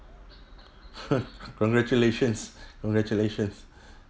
congratulations congratulations